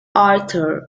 arthur